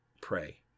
pray